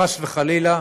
חס וחלילה,